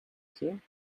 here